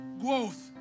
Growth